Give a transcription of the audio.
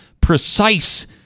precise